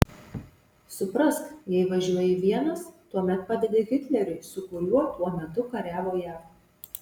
suprask jei važiuoji vienas tuomet padedi hitleriui su kuriuo tuo metu kariavo jav